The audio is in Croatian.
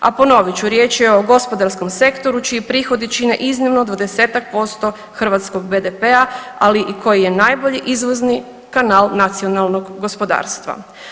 A ponovit ću, riječ je o gospodarskom sektoru čiji prihodi čine iznimno 20-tak posto hrvatskog BDP-a, ali i koji je najbolji izvozni kanal nacionalnog gospodarstva.